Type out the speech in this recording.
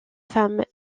femme